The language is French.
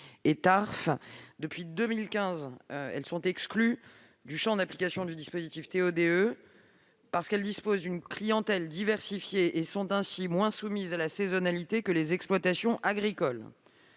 exclues depuis 2015 du champ d'application du dispositif TO-DE, car elles disposent d'une clientèle diversifiée et sont ainsi moins soumises à la saisonnalité que les exploitations agricoles.